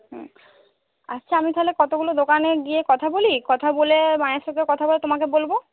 হুম আচ্ছা আমি তাহলে কতগুলো দোকানে গিয়ে কথা বলি কথা বলে মায়ের সাথেও কথা বলে তোমাকে বলব